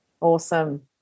Awesome